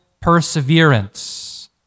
perseverance